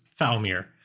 Falmir